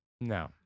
No